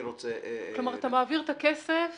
כלומר, אתה מעביר את הכסף